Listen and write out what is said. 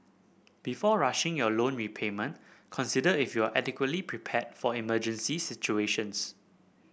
before rushing your loan repayment consider if you are adequately prepared for emergency situations